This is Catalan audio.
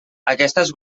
aquestes